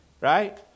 Right